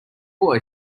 boy